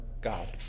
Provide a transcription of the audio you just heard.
God